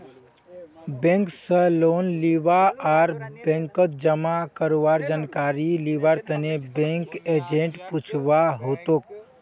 bank स loan लीबा आर बैंकत जमा करवार जानकारी लिबार तने बैंक एजेंटक पूछुवा हतोक